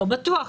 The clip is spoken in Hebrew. לא בטוח,